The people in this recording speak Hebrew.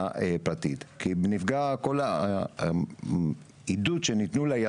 הוא מוגבל גם פיסקלית בחקיקה מבחינת מגבלת ערבויות מדינה